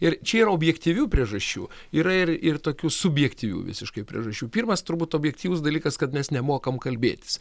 ir čia yra objektyvių priežasčių yra ir ir tokių subjektyvių visiškai priežasčių pirmas turbūt objektyvus dalykas kad mes nemokam kalbėtis